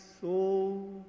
soul